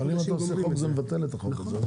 אבל אם אתה עושה חוק אתה מבטל את החוק הזה.